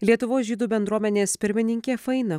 lietuvos žydų bendruomenės pirmininkė faina